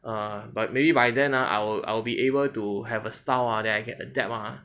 err but maybe by then I will I will be able to have a style ah then I can adapt mah